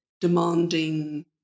demanding